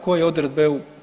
Koje odredbe EU?